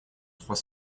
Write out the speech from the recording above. trois